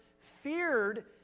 feared